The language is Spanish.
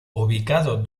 ubicado